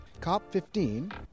COP15